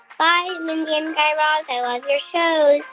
bye, mindy and guy raz. i love your show